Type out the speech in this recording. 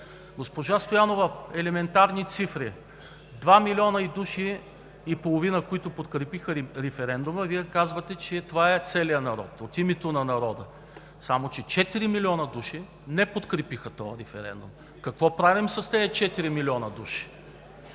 Госпожо Стоянова, елементарни цифри. Два милиона и половина души, които подкрепиха референдума, а Вие казвате, че това е целият народ, от името на народа. Само че четири милиона души не подкрепиха този референдум. Какво правим с тези четири милиона души,